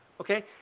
Okay